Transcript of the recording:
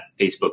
Facebook